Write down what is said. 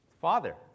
Father